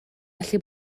allu